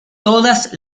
todas